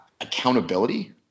accountability